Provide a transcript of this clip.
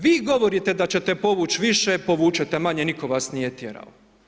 Vi govorite da ćete povući više, povučete manje, nitko vas nije tjerao.